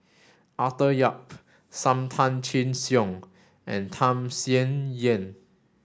Arthur Yap Sam Tan Chin Siong and Tham Sien Yen